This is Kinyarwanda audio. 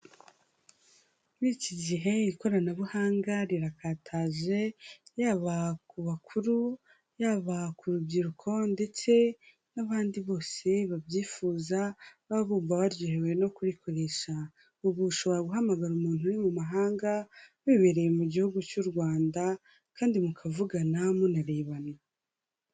Muri iki gihe ikoranabuhanga rirakataje, yaba ku bakuru, yaba ku rubyiruko ndetse n'abandi bose babyifuza, baba bumva baryohewe no kurikoresha, ubu ushobora guhamagara umuntu uri mu mahanga, wibereye mu gihugu cy'u Rwanda kandi mukavugana munarebana.